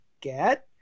get